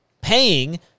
paying